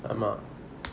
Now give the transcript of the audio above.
ஆமா:ama